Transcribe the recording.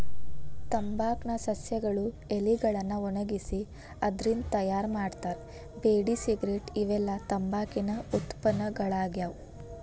ತಂಬಾಕ್ ನ ಸಸ್ಯಗಳ ಎಲಿಗಳನ್ನ ಒಣಗಿಸಿ ಅದ್ರಿಂದ ತಯಾರ್ ಮಾಡ್ತಾರ ಬೇಡಿ ಸಿಗರೇಟ್ ಇವೆಲ್ಲ ತಂಬಾಕಿನ ಉತ್ಪನ್ನಗಳಾಗ್ಯಾವ